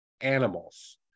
animals